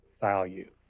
value